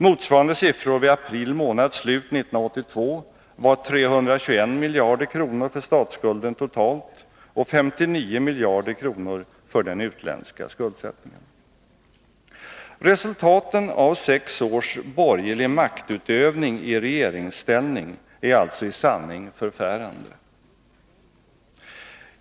Motsvarande siffror vid april månads slut 1982 var 321 miljarder kronor för Resultaten av sex års borgerlig maktutövning i regeringsställning är alltså i sanning förfärande.